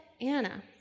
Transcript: Anna